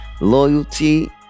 loyalty